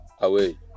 away